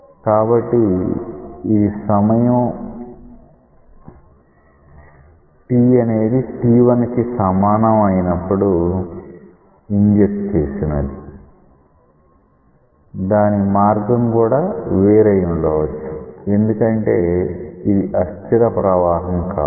కాబట్టి ఇది సమయం అనేది t1 కి సమానం అయినప్పుడు ఇంజెక్ట్ చేసినది దాని మార్గం కూడా వేరు అయి ఉండవచ్చు ఎందుకంటే ఇది అస్థిర ప్రవాహం కావచ్చు